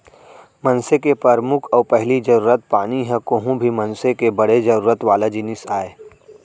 मनसे के परमुख अउ पहिली जरूरत पानी ह कोहूं भी मनसे के बड़े जरूरत वाला जिनिस आय